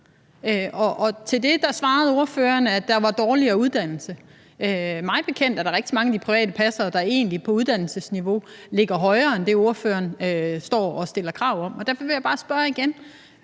Til det svarede ordføreren, at der var dårligere uddannelse. Mig bekendt er der rigtig mange af de private passere, der egentlig på uddannelsesniveau ligger højere end det, ordføreren står og stiller krav om. Derfor vil jeg bare igen